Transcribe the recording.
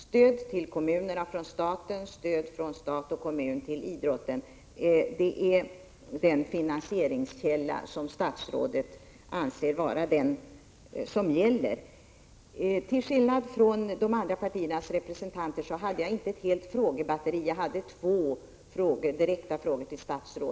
Stöd till kommunerna från staten och stöd från stat och kommun till idrotten är den finansieringskälla som statsrådet anser vara den som gäller. Till skillnad från de andra partiernas representanter hade jag inte ett helt frågebatteri. Jag hade två direkta frågor.